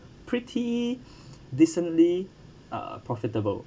pretty decently uh profitable